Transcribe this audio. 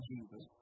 Jesus